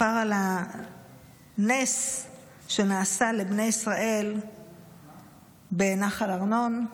מסופר על הנס שנעשה לבני ישראל בנחל ארנון,